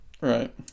Right